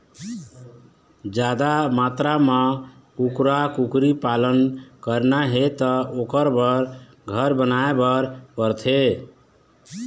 जादा मातरा म कुकरा, कुकरी पालन करना हे त ओखर बर घर बनाए बर परथे